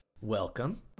Welcome